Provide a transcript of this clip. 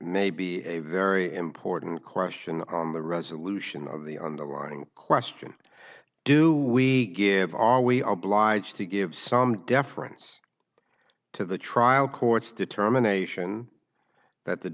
may be a very important question on the resolution of the underlying question do we give are we obliged to give some deference to the trial court's determination that the